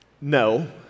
No